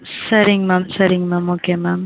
சரிங்க மேம் சரிங்க ma'am okay ma'am